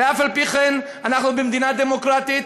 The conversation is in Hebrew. ואף-על-פי-כן אנחנו במדינה דמוקרטית,